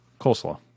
Coleslaw